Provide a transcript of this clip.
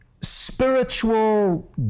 spiritual